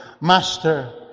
Master